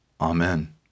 Amen